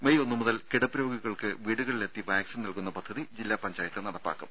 May ഒന്നുമുതൽ കിടപ്പ് രോഗികൾക്ക് വീടുകളിലെത്തി വാക്സിൻ നൽകുന്ന പദ്ധതി ജില്ലാ പഞ്ചായത്ത് നടപ്പാക്കും